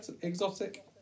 exotic